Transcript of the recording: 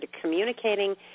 communicating